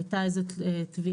הייתה איזו תביעה,